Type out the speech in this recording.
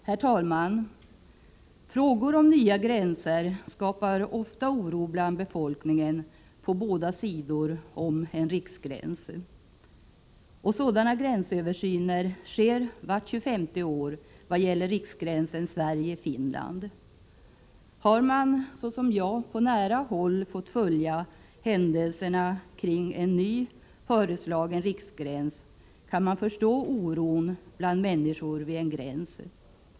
Herr talman! Frågor om nya gränser skapar ofta oro bland befolkningen på båda sidor om en riksgräns. Och sådana gränsöversyner sker vart tjugofemte år vad gäller riksgränsen Sverige-Finland. Har man såsom jag på nära håll fått följa händelserna kring en ny föreslagen riksgräns, kan man förstå oron bland människor vid en gräns.